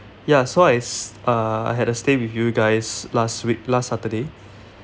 ya so I st~ uh I had a stay with you guys last week last saturday